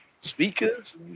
speakers